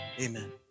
amen